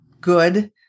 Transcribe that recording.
good